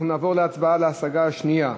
נעבור להצבעה על ההשגה השנייה,